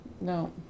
no